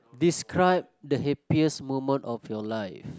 describe the happiest moment of your life